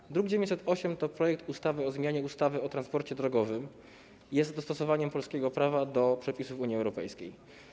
Druk nr 908 to projekt ustawy o zmianie ustawy o transporcie drogowym i jest dostosowaniem polskiego prawa do przepisów Unii Europejskiej.